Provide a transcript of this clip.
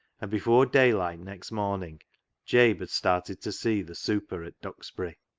and before daylight next morning jabe had started to see the super at duxbury.